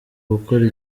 gukora